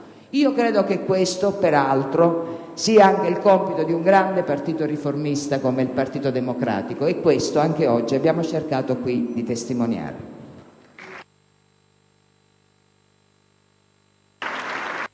peraltro che questo sia anche il compito di un grande partito riformista, come il Partito Democratico, e questo anche oggi abbiamo cercato qui di testimoniare.